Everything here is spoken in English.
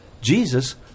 Jesus